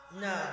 No